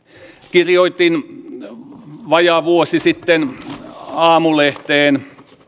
kirjoitin vajaa vuosi sitten aamulehteen